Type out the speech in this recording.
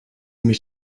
mich